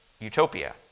Utopia